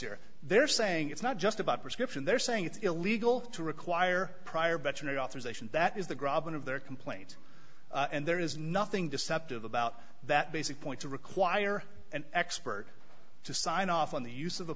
here they're saying it's not just about prescription they're saying it's illegal to require prior veterinary authorization that is the graben of their complaint and there is nothing deceptive about that basic point to require an expert to sign off on the use of the